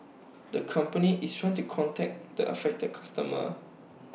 the company is try to contact the affected customer